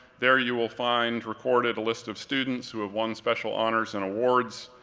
there you will find recorded a list of students who have won special honors and awards.